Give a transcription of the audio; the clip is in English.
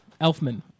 Elfman